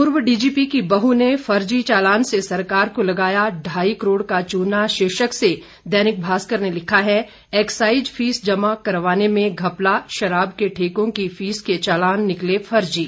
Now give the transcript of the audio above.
पूर्व डीजीपी की बहू ने फर्जी चालान से सरकार को लगाया ढ़ाई करोड़ का चूना शीर्षक से दैनिक भास्कर ने लिखा है एक्साइज फीस जमा करवाने में घपला शराब के ठेकों की फीस के चालान निकले फर्जी